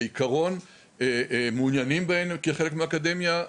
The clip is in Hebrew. בעיקרון מעוניינים בהם כחלק מהאקדמיה,